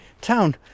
town